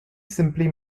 simply